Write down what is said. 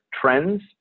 trends